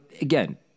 again